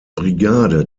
brigade